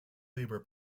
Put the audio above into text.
labour